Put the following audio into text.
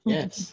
Yes